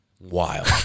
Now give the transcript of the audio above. wild